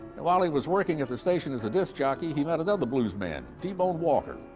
and while he was working at the station as a disc jockey, he met another bluesman, t. bone walker,